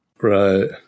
right